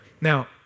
Now